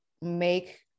make